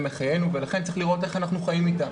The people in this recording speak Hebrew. מחיינו ולכן צריך לראות איך אנחנו חיים איתה,